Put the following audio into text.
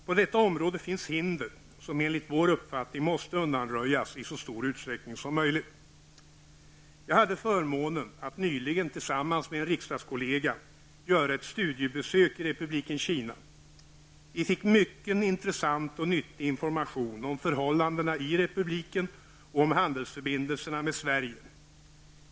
På detta område finns hinder som enligt vår uppfattning måsta undanröjas i så stor utsträckning som möjligt. Jag hade förmånen att nyligen tillsammans med en riksdagskollega göra ett studiebesök i Republiken Kina. Vi fick mycken intressant och nyttig information om förhållandena i republiken och om handelsförbindelserna med Sverige.